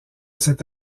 cet